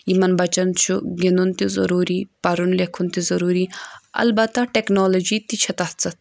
یِمَن بَچن چھُ گِنٛدُن تہِ ضروٗری پَرُن لَیکھُن تہِ ضروٗری البَتَہ ٹَیٚکنالٕجِی تہِ چھےٚ تَتھ سَتھ